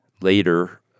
later